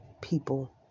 people